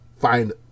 find